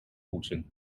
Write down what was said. poetsen